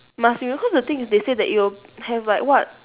must remove because the thing is that they say that it will have like what